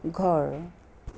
ঘৰ